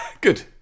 good